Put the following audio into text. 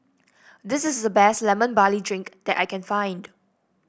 this is the best Lemon Barley Drink that I can find